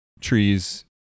trees